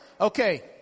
Okay